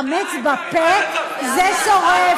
חמץ בפה זה שורף.